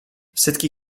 setki